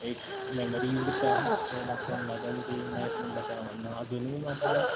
एक मॅमरी उरता सो म्हाका तेन्नाच्यान ती नायफ म्हणटा ती आवडना आजुनूय म्हाका